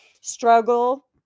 struggle